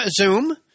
zoom